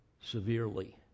severely